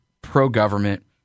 pro-government